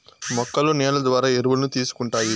మొక్కలు నేల ద్వారా ఎరువులను తీసుకుంటాయి